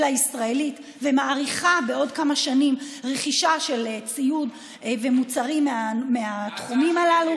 הישראלית ומאריכה בעוד כמה שנים רכישה של ציוד ומוצרים מהתחומים הללו,